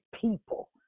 people